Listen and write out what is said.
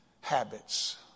habits